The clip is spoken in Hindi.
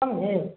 समझें